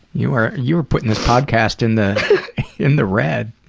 you are you are putting this podcast in the in the red.